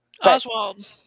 Oswald